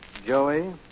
Joey